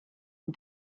and